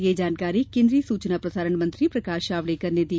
यह जानकारी केन्द्रीय सूचना प्रसारण मंत्री प्रकाश जावड़ेकर ने दी